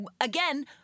again